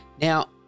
Now